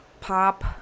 pop